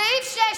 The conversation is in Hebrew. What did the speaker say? סעיף 6,